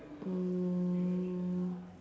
um